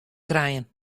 krijen